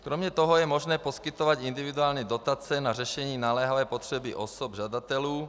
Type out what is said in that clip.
Kromě toho je možné poskytovat individuální dotace na řešení naléhavé potřeby osob žadatelů.